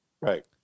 Right